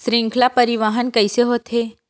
श्रृंखला परिवाहन कइसे होथे?